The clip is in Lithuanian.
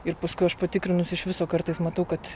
ir paskui aš patikrinus iš viso kartais matau kad